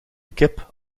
kip